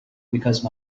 because